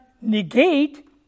negate